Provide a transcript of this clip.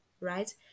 right